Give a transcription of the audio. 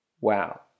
Wow